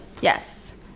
yes